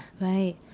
Right